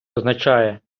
означає